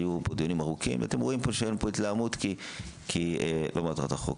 היו פה דיונים ארוכים ואתם רואים שאין פה התלהמות כי זו לא מטרת החוק.